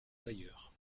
tailleur